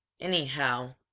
Anyhow